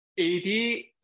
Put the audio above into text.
80